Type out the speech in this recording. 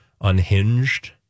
unhinged